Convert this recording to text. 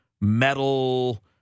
metal